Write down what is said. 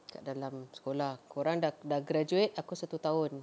kat dalam sekolah kau orang sudah sudah graduate aku satu tahun